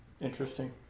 Interesting